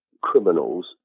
criminals